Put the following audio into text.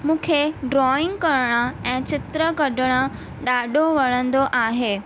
मूंखे ड्रॉइंग करणु ऐं चित्र कढणु ॾाढो वणंदो आहे